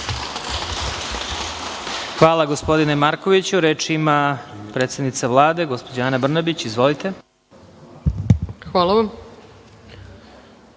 Hvala, gospodine Markoviću. Reč ima predsednica Vlade, gospođa Ana Brnabić. Izvolite. **Ana